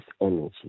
energy